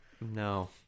No